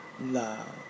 love